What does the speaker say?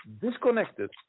disconnected